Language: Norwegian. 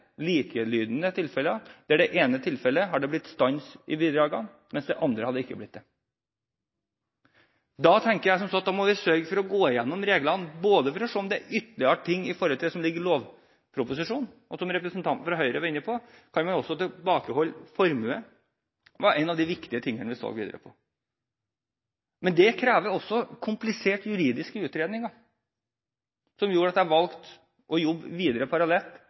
det ene tilfellet har blitt stans i bidragene, mens det i det andre ikke har blitt det. Da tenker jeg som så at vi må sørge for å gå igjennom reglene for å se om det er ytterligere forhold som kan ligge i lovproposisjonen. Representanten fra Høyre var inne på at man også kan tilbakeholde formue. Det var en av de viktige tingene vi så videre på. Men det krevde også kompliserte juridiske utredninger, som gjorde at jeg valgte å jobbe videre parallelt.